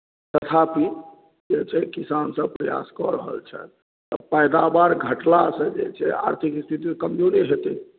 तथापि जे छै किसानसभ प्रयास कऽ रहल छथि तऽ पैदावार घटलासँ जे छै आर्थिक स्थिति कमजोरे हेतै